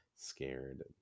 scared